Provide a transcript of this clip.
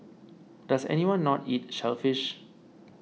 does anyone not eat shellfish